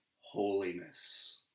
holiness